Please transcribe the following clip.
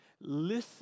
listen